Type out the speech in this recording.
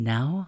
Now